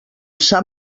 sap